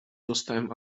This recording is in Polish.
dostałem